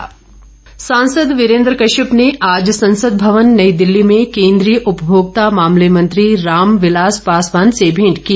वीरेन्द्र कश्यप सांसद वीरेन्द्र कश्यप ने आज संसद भवन नई दिल्ली में केन्द्रीय उपभोक्ता मामले मंत्री राम विलास पासवान से भेंट की